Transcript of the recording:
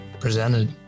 presented